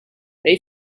they